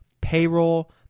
payroll